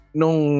nung